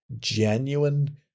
genuine